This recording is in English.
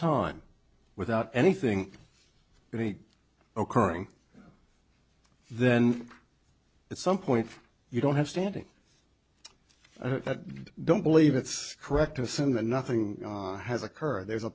time without anything any occurring then at some point you don't have standing that i don't believe it's correct to assume that nothing has occurred there's a